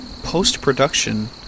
post-production